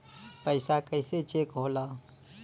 पैसा कइसे चेक होला?